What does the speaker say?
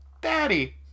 Daddy